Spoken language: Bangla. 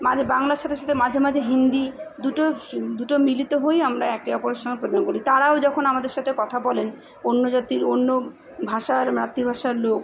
মাঝে বাংলার সাথে সাথে মাঝে মাঝে হিন্দি দুটো দুটো মিলিত হয়েই আমরা একে অপরের সঙ্গে প্রদান করি তারাও যখন আমাদের সাথে বলেন অন্য জাতির অন্য ভাষার মাতৃভাষার লোক